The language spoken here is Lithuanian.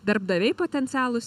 darbdaviai potencialūs